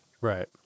Right